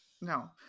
No